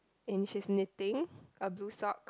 and she's knitting a blue sock